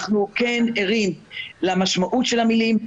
אנחנו ערים למשמעות המילים,